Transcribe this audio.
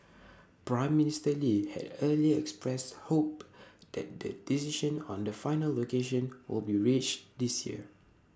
Prime Minister lee had earlier expressed hope that the decision on the final location will be reached this year